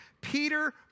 Peter